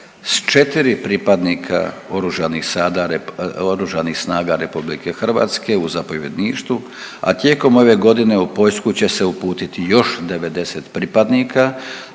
s 4 pripadnika oružanih sada, Oružanih snaga RH u zapovjedništvu, a tijekom ove godine u Poljsku će se uputiti još 90 pripadnika,